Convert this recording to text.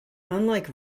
unlike